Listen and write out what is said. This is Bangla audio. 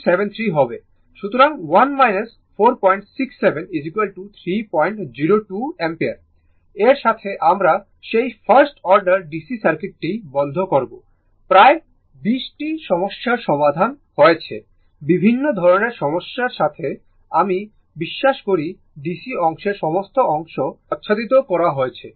সুতরাং 1 467 302 অ্যাম্পিয়ার এর সাথে আমরা সেই ফার্স্ট অর্ডার DC সার্কিটটি বন্ধ করব প্রায় 20 টি সমস্যার সমাধান হয়েছে বিভিন্ন ধরণের সমস্যা এর সাথে আমি বিশ্বাস করি DC অংশের সমস্ত অংশ আচ্ছাদিত করা হয়েছে